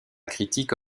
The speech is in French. critique